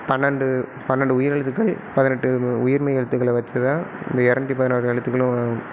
பன்னெண்டு பன்னெண்டு உயிர் எழுத்துக்கள் பதினெட்டு உயிர்மெய் எழுத்துக்களை வச்சு தான் இந்த இரநூத்தி பதினாறு எழுத்துக்களும்